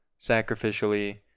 sacrificially